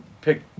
pick